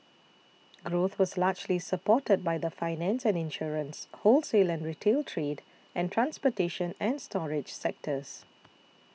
growth was largely supported by the finance and insurance wholesale and retail trade and transportation and storage sectors